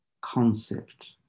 concept